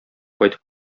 кайтып